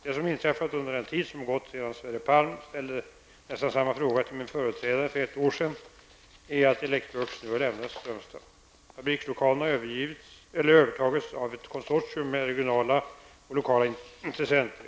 Det som inträffat under den tid som gått sedan Sverre Palm ställde nästan samma fråga till min företrädare för ett år sedan är att Electrolux nu har lämnat Strömstad. Fabrikslokalen har övertagits av ett konsortium med regionala och lokala intressenter.